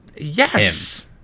Yes